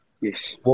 Yes